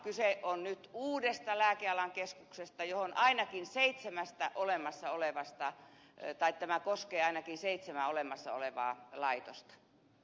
kyse on nyt uudesta lääkealan keskuksesta ja tämä koskee ainakin seitsemää olemassa olevaa laitosta